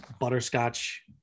butterscotch